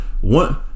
one